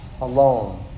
alone